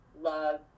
love